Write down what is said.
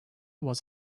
was